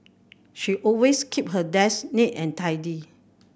she always keep her desk neat and tidy